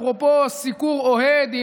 אפרופו סיקור אוהד,